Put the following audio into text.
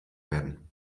werden